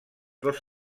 dos